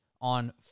on